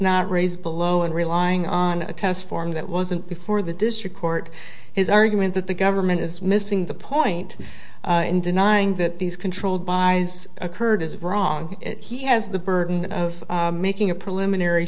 not raised below and relying on a test form that wasn't before the district court his argument that the government is missing the point in denying that these controlled by occurred is wrong he has the burden of making a preliminary